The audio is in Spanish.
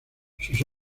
sus